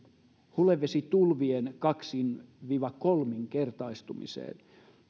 hulevesitulvien kaksin kolminkertaistumiseen